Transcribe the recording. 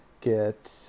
get